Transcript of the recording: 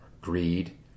greed